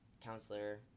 counselor